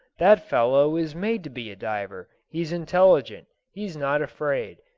that fellow is made to be a diver he's intelligent, he's not afraid,